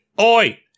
oi